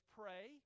pray